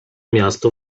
miasto